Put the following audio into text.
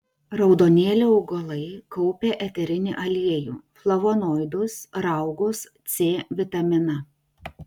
raudonėlio augalai kaupia eterinį aliejų flavonoidus raugus c vitaminą